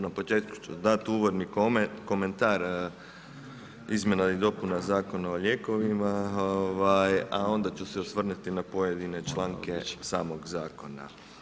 Na početku ću dati uvodni komentar izmjena i dopuna Zakona o lijekovima, a onda ću se osvrnut i na pojedine članke samog zakona.